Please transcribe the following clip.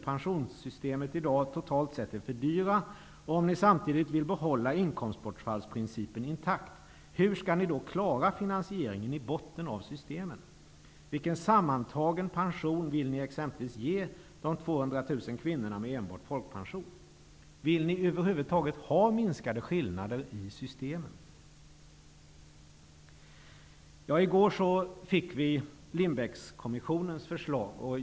pensionssystemet i dag totalt sett är för dyra och om ni samtidigt vill behålla inkomstbortfallsprincipen intakt, hur skall ni då klara finansieringen i botten av systemen? Vilken sammantagen pension vill ni exempelvis ge de ca 200 000 kvinnorna med enbart folkpension? Vill ni över huvud taget ha minskade skillnader i systemen? I går presenterades Lindbeckkommissionens förslag.